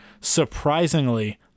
Surprisingly